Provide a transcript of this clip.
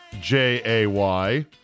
J-A-Y